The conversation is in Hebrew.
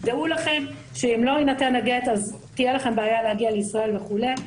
דעו לכם שאם לא יינתן הגט אז תהיה לכם בעיה להגיע לישראל וכולי.